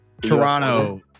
toronto